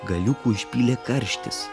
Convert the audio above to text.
galiukų išpylė karštis